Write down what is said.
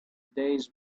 days